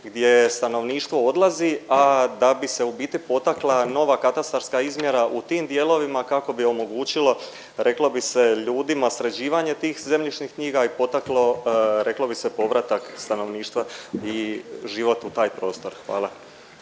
gdje stanovništvo odlazi, a da bi se u biti potakla nova katastarska izmjera u tim dijelovima kako bi omogućilo reklo bi se ljudima sređivanje tih zemljišnih knjiga i potaklo reklo bi se povratak stanovništva i život u taj prostor, hvala.